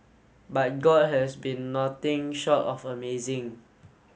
but god has been nothing short of amazing